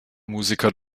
musiker